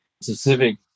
specific